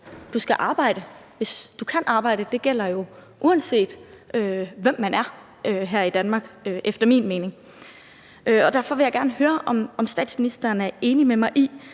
du skal arbejde, hvis du kan arbejde. Det gælder jo efter min mening, uanset hvem man er, her i Danmark. Derfor vil jeg gerne høre, om statsministeren er enig med mig i,